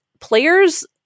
players